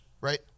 Right